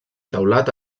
teulat